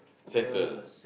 settle